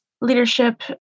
leadership